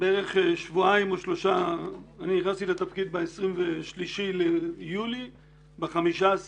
אני הגעתי לתפקיד ב-23 ביולי וב-15